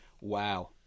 Wow